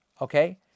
Okay